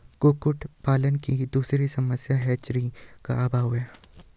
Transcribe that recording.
कुक्कुट पालन की दूसरी समस्या हैचरी का अभाव है